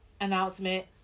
announcement